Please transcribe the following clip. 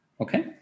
okay